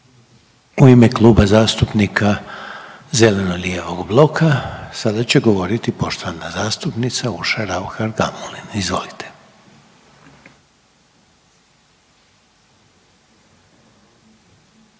U ime Kluba zastupnika zeleno-lijevog bloka sada će govoriti poštovana zastupnica Urša Raukar Gamulin. Izvolite.